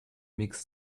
mix